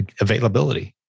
availability